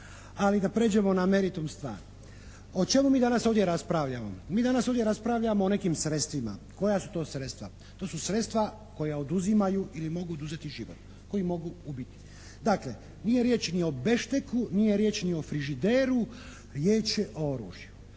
Ali da prijeđemo na meritum stvari. O čemu mi danas ovdje raspravljamo? Mi danas ovdje raspravljamo o nekim sredstvima. Koja su to sredstva? To su sredstva koja oduzimaju ili mogu oduzeti život, koji mogu ubiti. Dakle, nije riječ ni o bešteku, nije riječ ni o frižideru, riječ je o oružju.